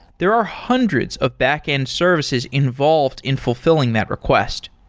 there are hundreds of backend services involved in fulfilling that request.